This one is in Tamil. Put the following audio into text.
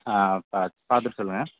பா பார்த்துட்டு சொல்லுங்க